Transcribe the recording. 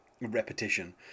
repetition